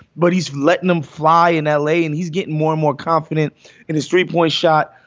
but he's letting them fly in l a. and he's getting more and more confident in his three point shot.